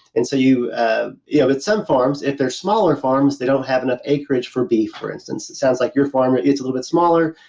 and so ah yeah with some farms, if they're smaller farms they don't have enough acreage for beef, for instance. sounds like your farm it's a little bit smaller,